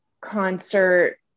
concert